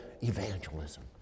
Evangelism